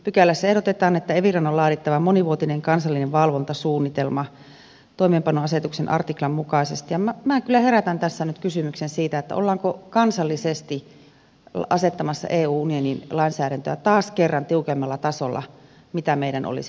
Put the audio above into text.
pykälässä ehdotetaan että eviran on laadittava monivuotinen kansallinen valvontasuunnitelma toimeenpanoasetuksen artiklan mukaisesti ja minä kyllä herätän tässä nyt kysymyksen siitä ollaanko kansallisesti asettamassa eun lainsäädäntöä taas kerran tiukemmalla tasolla kuin meidän olisi tarve